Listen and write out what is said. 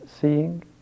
seeing